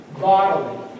bodily